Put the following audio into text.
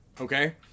okay